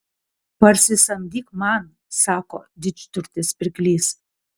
parsisamdyk man sako didžturtis pirklys